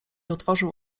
otworzył